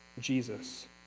Jesus